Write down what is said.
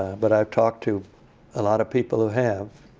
but i've talked to a lot of people who have.